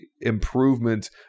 improvement